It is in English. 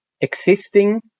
existing